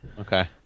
Okay